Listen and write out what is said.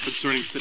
concerning